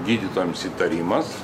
gydytojams įtarimas